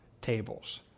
tables